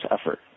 effort